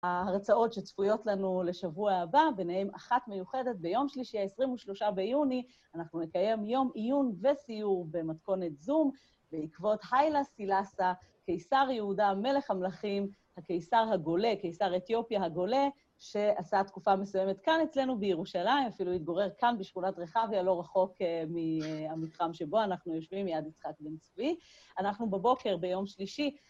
הרצאות שצפויות לנו לשבוע הבא, ביניהן אחת מיוחדת ביום שלישי, ה-23 ביוני, אנחנו נקיים יום עיון וסיור במתכונת זום בעקבות היילה סילאסה, קיסר יהודה, מלך המלאכים, הקיסר הגולה, קיסר אתיופיה הגולה, שעשה תקופה מסוימת כאן אצלנו, בירושלים, אפילו התגורר כאן בשכונת רחביה, לא רחוק מהמתחם שבו אנחנו יושבים, מיד יצחק בן צבי. אנחנו בבוקר, ביום שלישי,